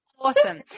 Awesome